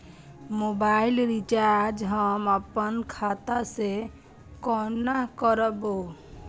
Mobile recharge हम आपन खाता से कोना करबै?